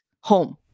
home